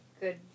good